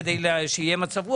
כדי שיהיה מצב רוח,